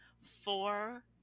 four